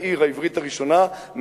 לעיר העברית הראשונה,